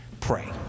pray